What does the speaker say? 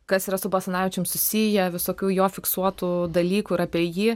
kas yra su basanavičium susiję visokių jo fiksuotų dalykų ir apie jį